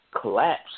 collapse